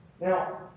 Now